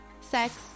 sex